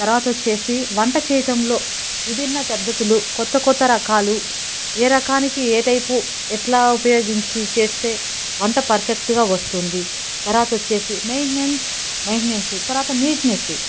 తరువాత వచ్చేసి వంట చేయటంలో విభిన్న పద్ధతులు క్రొత్త క్రొత్త రకాలు ఏ రకానికి ఏ టైపు ఎట్లా ఉపయోగించి చేస్తే వంట పర్ఫెక్ట్గా వస్తుంది తర్వాత వచ్చేసి మెయింటెనెన్స్ మెయింటెనెన్సు తరువాత నీట్నెస్